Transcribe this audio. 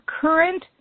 current